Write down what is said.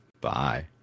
bye